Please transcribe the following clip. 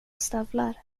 stövlar